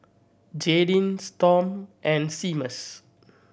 Jaydin Storm and Seamus